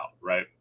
right